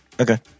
Okay